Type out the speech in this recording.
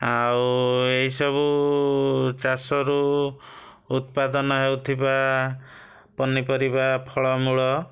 ଆଉ ଏହିସବୁ ଚାଷରୁ ଉତ୍ପାଦନ ହେଉଥିବା ପନିପରିବା ଫଳମୂଳ